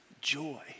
joy